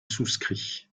souscrit